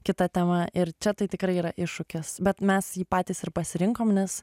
kita tema ir čia tai tikrai yra iššūkis bet mes jį patys ir pasirinkom nes